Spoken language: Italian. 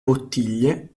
bottiglie